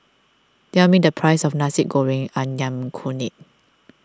tell me the price of Nasi Goreng Ayam Kunyit